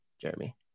Jeremy